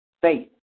faith